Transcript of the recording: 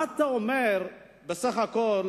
מה אתה אומר בסך הכול